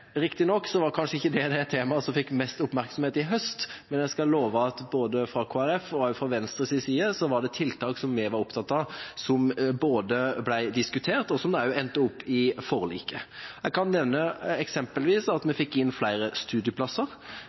var kanskje ikke det det temaet som fikk mest oppmerksomhet i høst, men jeg skal love at både fra Kristelig Folkepartis og også fra Venstres side var det tiltak vi var opptatt av som både ble diskutert og også endte opp i forliket. Jeg kan nevne eksempelvis at vi fikk inn flere studieplasser,